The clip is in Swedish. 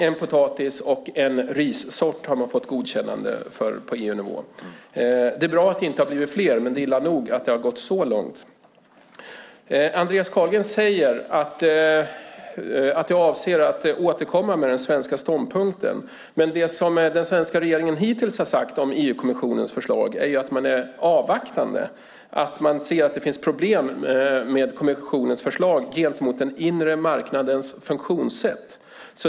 En potatissort och en rissort har man fått godkännande för på EU-nivå. Det är bra att det inte har blivit fler, men det är illa nog att det har gått så långt. Andreas Carlgren säger att han avser att återkomma med den svenska ståndpunkten. Men det som den svenska regeringen hittills har sagt om EU-kommissionens förslag är ju att man avvaktar, att man ser att det finns problem med kommissionens förslag gentemot den inre marknadens funktionssätt.